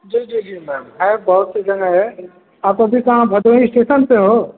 जी जी जी मैम हैं बहुत सी जगहें हैं आप अभी कहा भदोही स्टेसन पर हो